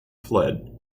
fled